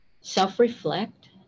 self-reflect